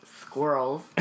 squirrels